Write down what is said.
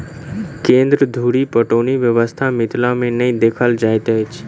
केन्द्र धुरि पटौनी व्यवस्था मिथिला मे नै देखल जाइत अछि